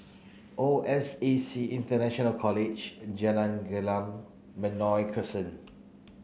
O S A C International College and Jalan Gelam Benoi Crescent